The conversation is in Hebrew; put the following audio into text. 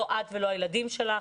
לא את ולא הילדים שלך,